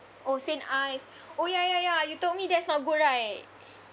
oh St. Ives oh ya ya ya you told me that's no good right